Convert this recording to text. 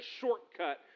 shortcut